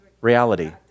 reality